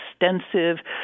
extensive